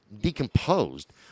decomposed